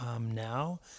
Now